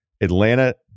Atlanta